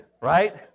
right